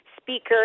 speaker